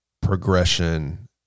progression